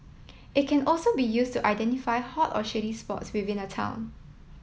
it can also be used to identify hot or shady spots within a town